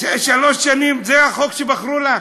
שלוש שנים, זה החוק שבחרו לך?